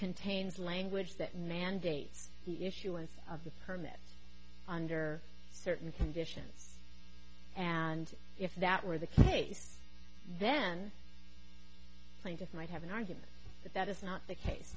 language that mandates the issuance of the permit under certain conditions and if that were the case then plaintiff might have an argument that that is not the case